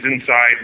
inside